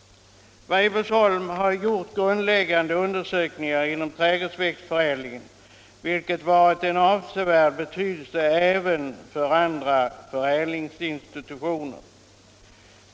Weibullsholm har gjort grundläggande undersökningar inom trädgårdsväxtförädlingen, vilket haft avsevärd betydelse även för andra förädlingsinstitutioner.